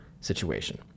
situation